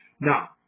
now